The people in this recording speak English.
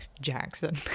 Jackson